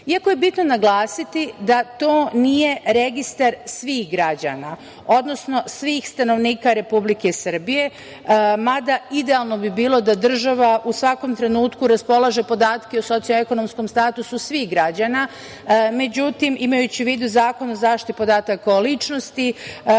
je bitno naglasiti da to nije registar svih građana, odnosno svih stanovnika Republike Srbije, mada idealno bi bilo da država u svakom trenutku raspolaže podacima o socioekonomskom statusu svih građana. Međutim, imajući u vidu Zakon o zaštiti podataka o ličnosti,